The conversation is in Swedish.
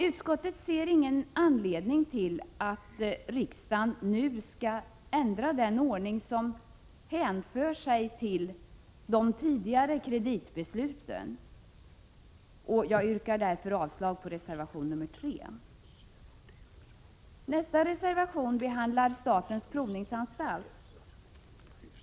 Utskottet ser ingen anledning till att riksdagen nu ändrar den ordning som hänför sig till de tidigare kreditbesluten. Jag yrkar därför avslag på reservation 3. Nästa reservation behandlar frågan om bidrag till statens provningsanstalt.